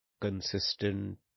consistent